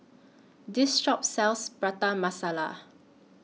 This Shop sells Prata Masala